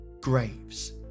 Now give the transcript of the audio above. Graves